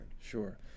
Sure